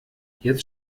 jetzt